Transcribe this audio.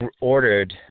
ordered